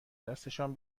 دستشان